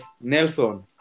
Nelson